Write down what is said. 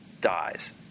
dies